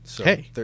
Hey